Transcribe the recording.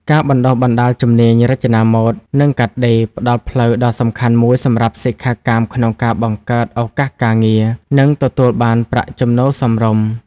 ការបណ្តុះបណ្តាលជំនាញរចនាម៉ូដ និងកាត់ដេរផ្តល់ផ្លូវដ៏សំខាន់មួយសម្រាប់សិក្ខាកាមក្នុងការ បង្កើតឱកាសការងារ និងទទួលបានប្រាក់ចំណូលសមរម្យ។